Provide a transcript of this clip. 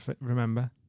remember